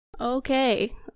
Okay